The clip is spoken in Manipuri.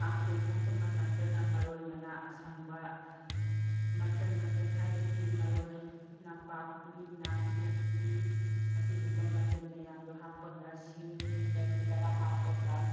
ꯀꯥꯡꯁꯣꯏ ꯊꯣꯡꯕ ꯃꯇꯝꯗꯅ ꯃꯔꯣꯏ ꯃꯅꯥ ꯑꯁꯪꯕ ꯃꯆꯟ ꯃꯆꯟ ꯍꯥꯏꯕꯗꯤ ꯃꯔꯣꯏ ꯅꯄꯥꯛꯄꯤ ꯅꯥꯀꯨꯞꯄꯤ ꯑꯗꯨꯒꯨꯝꯕ ꯃꯆꯟ ꯃꯌꯥꯝꯗꯣ ꯍꯥꯞꯄꯒ ꯁꯤꯡ ꯀꯔꯤ ꯀꯔꯥ ꯍꯥꯞꯄꯒ